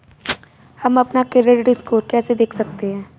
हम अपना credit score कैसे देख सकते हैं?